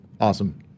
awesome